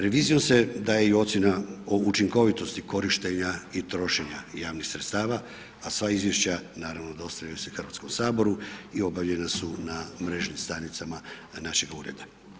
Revizijom se daje i ocjena o učinkovitosti korištenja i trošenja javnih sredstava a sva izvješća naravno dostavljaju se Hrvatskom saboru i objavljena su na mrežnim stranicama našega ureda.